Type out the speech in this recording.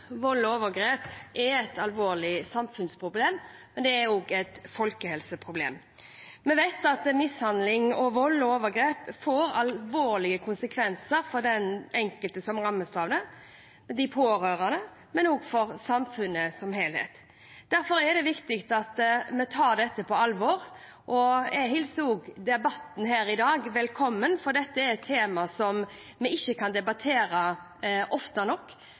det, og for de pårørende, men også for samfunnet som helhet. Derfor er det viktig at vi tar dette på alvor. Jeg hilser debatten her i dag velkommen, for dette er et tema som vi ikke kan debattere ofte nok.